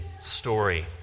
story